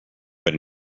but